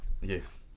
Yes